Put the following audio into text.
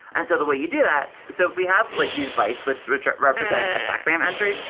and so the way you do that so we have like these bytes which which represent a stack frame entry,